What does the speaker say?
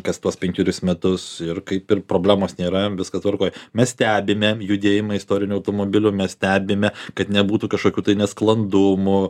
kas tuos penkerius metus ir kaip ir problemos nėra viskas tvarkoj mes stebime judėjimą istorinių automobilių mes stebime kad nebūtų kažkokių tai nesklandumų